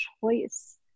choice